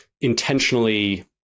intentionally